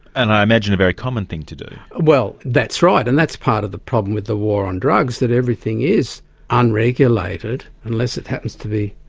and i imagine a very common thing to do. well, that's right, and that's part of the problem with the war on drugs, that everything is unregulated unless it happens to be,